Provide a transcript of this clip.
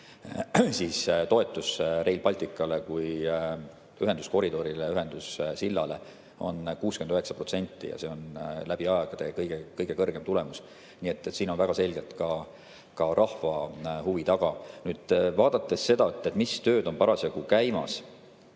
et] toetus Rail Balticule kui ühenduskoridorile, ühendussillale on 69%. See on läbi aegade kõige kõrgem tulemus. Nii et siin on väga selgelt ka rahva huvi taga. Nüüd, vaadates seda, mis tööd on parasjagu käimas,